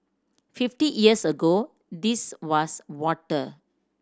fifty years ago this was water